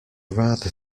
rather